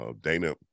Dana